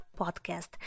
podcast